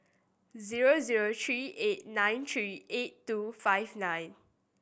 zero zero three eight nine three eight two five nine